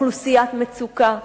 מאוכלוסיית מצוקה,